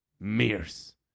Mears